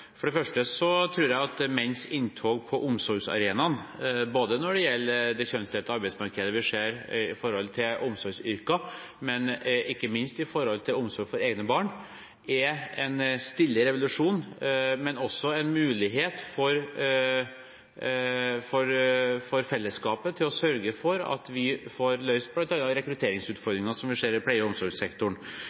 For det første tror jeg at menns inntog på omsorgsarenaen når det gjelder det kjønnsdelte arbeidsmarkedet vi ser innen omsorgsyrker, og ikke minst når det gjelder omsorg for egne barn, er en stille revolusjon, men også en mulighet for fellesskapet til å sørge for at vi får løst bl.a. rekrutteringsutfordringene som vi ser i pleie- og omsorgssektoren.